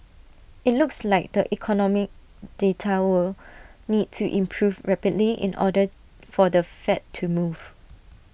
IT looks like the economic data will need to improve rapidly in order for the fed to move